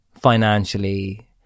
financially